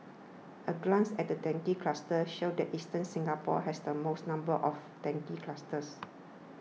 a glance at dengue clusters show that eastern Singapore has the most number of dengue clusters